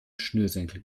schnürsenkel